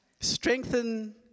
Strengthen